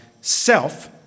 self